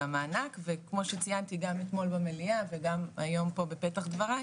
המענק וכמו שציינתי גם אתמול במליאה וגם היום פה בפתח דבריי